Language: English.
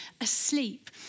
asleep